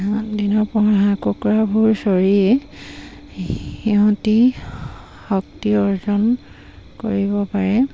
দিনৰ পোহৰত হাঁহ কুকুৰাবোৰ চৰিয়ে সিহঁতি শক্তি অৰ্জন কৰিব পাৰে